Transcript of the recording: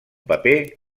paper